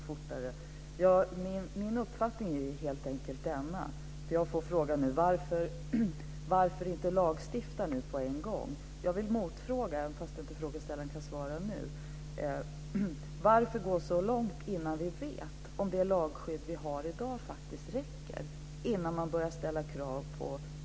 Fru talman! Jag får frågan: Varför inte lagstifta nu på en gång? Jag vill ställa en motfråga, trots att inte frågeställaren kan svara nu: Varför gå så långt att vi börjar ställa krav på nya lagar innan vi vet om det lagskydd vi har i dag räcker?